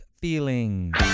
Feelings